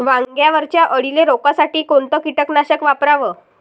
वांग्यावरच्या अळीले रोकासाठी कोनतं कीटकनाशक वापराव?